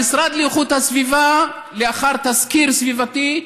גם המשרד לאיכות הסביבה, לאחר תסקיר סביבתי,